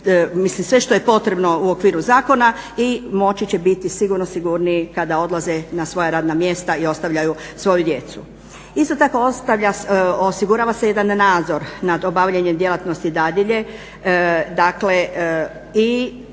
sve što je potrebno u okviru zakona i moći će biti sigurno sigurniji kada odlaze na svoja radna mjesta i ostavljaju svoju djecu. Isto tako, osigurava se jedan nadzor nad obavljanjem djelatnosti dadilje. Dakle, i